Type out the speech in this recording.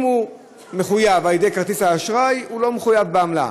אם הוא מחויב על ידי כרטיס האשראי הוא לא מחויב בעמלה,